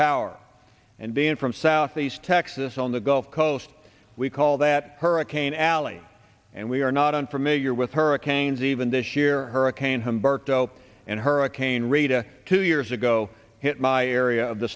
power and being from southeast texas on the gulf coast we call that hurricane alley and we are not unfamiliar with hurricanes even this year hurricane humberto and hurricane rita two years ago hit my area of the